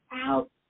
out